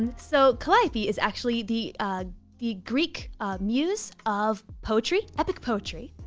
so calliope is actually the the greek muse of poetry, epic poetry.